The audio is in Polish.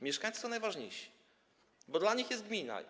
Mieszkańcy są najważniejsi, bo dla nich jest gmina.